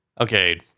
Okay